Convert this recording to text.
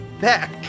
back